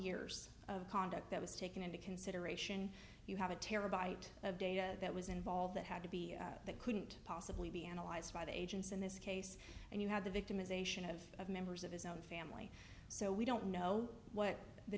years of conduct that was taken into consideration you have a terabyte of data that was involved that had to be that couldn't possibly be analyzed by the agents in this case and you had the victimization of members of his own family so we don't know what the